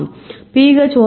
pH 9